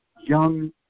young